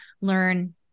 Learn